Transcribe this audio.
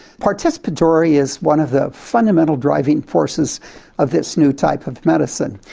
participatory is one of the fundamental driving forces of this new type of medicine,